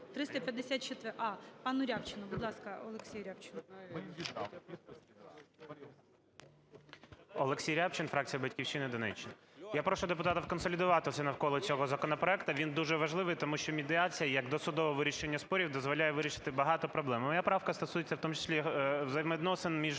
пануРябчину. Будь ласка, Олексій Рябчин. 10:21:41 РЯБЧИН О.М. ОлексійРябчин, фракція "Батьківщина", Донеччина. Я прошу депутатів консолідуватися навколо цього законопроекту, він дуже важливий, тому що медіація як досудове вирішення спорів дозволяє вирішити багато проблем. Моя правка стосується в тому числі